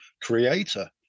creator